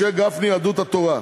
משה גפני, יהדות התורה,